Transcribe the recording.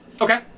Okay